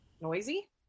Noisy